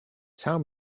tell